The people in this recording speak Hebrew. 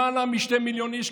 למעלה משני מיליון איש,